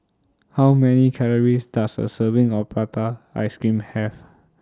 How Many Calories Does A Serving of Prata Ice Cream Have